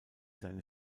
seine